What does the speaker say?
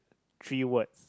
three words